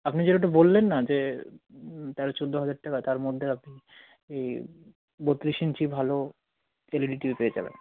আপনি যেহেতু বললেন না যে তেরো চৌদ্দ হাজার টাকা তার মধ্যে আপনি ই বত্রিশ ইঞ্চি ভালো L E D T V পেয়ে যাবেন